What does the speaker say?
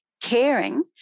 caring